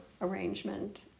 arrangement